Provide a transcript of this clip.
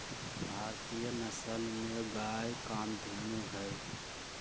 भारतीय नसल में गाय कामधेनु हई